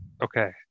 Okay